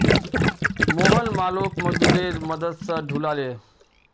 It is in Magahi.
मोहन मालोक मजदूरेर मदद स ढूला ले